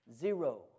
Zero